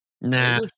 Nah